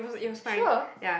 sure